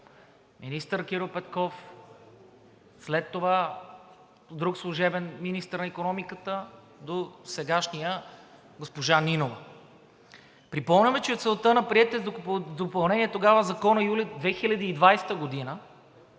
Министър Кирил Петков, след това друг служебен министър на икономиката, до сегашния – госпожа Нинова. Припомняме, че целта на приетото допълнение тогава в Закона, юли 2020 г.,